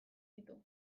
ditu